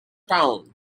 town